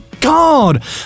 GOD